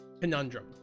conundrum